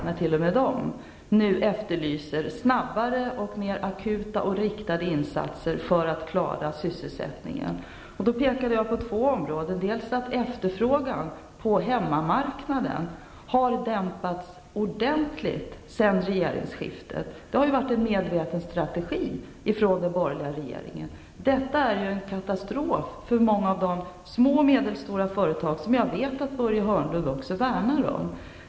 nu efterlyser snabbare och mer akuta och riktade insatser för att sysselsättningen skall klaras. Jag har pekat ut två områden. Dels har efterfrågan på hemmamarknaden dämpats ordentligt sedan regeringsskiftet. Det har varit en medveten strategi från den borgerliga regeringen. Detta är en katastrof för många av de små och medelstora företag som jag vet att också Börje Hörnlund värnar om.